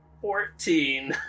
Fourteen